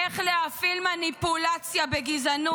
איך להפעיל מניפולציה בגזענות.